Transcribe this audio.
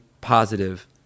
positive